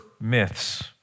myths